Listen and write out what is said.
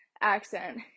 accent